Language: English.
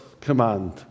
command